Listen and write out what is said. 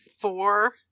Four